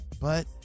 But